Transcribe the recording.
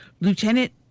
Lieutenant